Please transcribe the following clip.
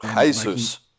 Jesus